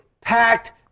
packed